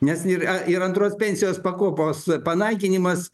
nes nėr a ir antros pensijos pakopos panaikinimas